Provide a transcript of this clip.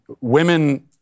women